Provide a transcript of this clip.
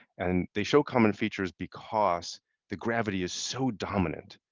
and they show common features because the gravity is so dominant,